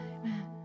Amen